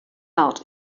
out